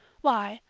why,